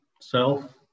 self